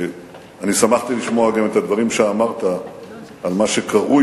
אני שמחתי לשמוע גם את הדברים שאמרת על מה שקרוי